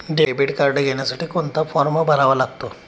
Debit card घेण्यासाठी कोणता form भरावा लागतो?